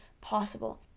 possible